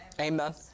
Amen